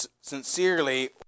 sincerely